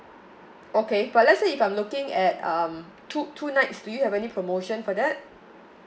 okay but let's say if I'm looking at um two two nights do you have any promotion for that